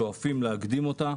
שואפים להקדים אותה,